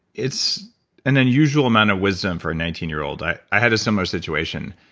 it's an unusual amount of wisdom for a nineteen year old. i i had a similar situation.